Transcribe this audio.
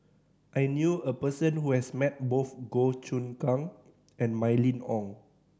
I knew a person who has met both Goh Choon Kang and Mylene Ong